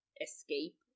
escape